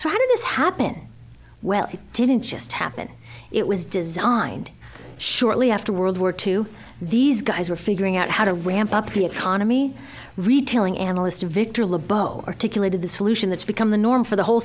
so how does happen well it didn't just happen it was designed shortly after world war two these guys were figuring out how to ramp up the economy retailing analyst victor lobo articulated the solution that's become the norm for the whole